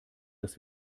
dass